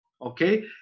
Okay